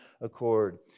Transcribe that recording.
accord